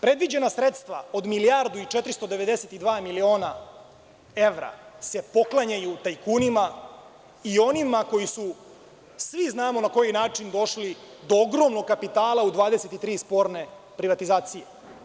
Predviđena sredstva od milijardu i 492 miliona evra se poklanjaju tajkunima i onima koji su svi znamo na koji način došli do ogromnog kapitala u 23 sporne privatizacije.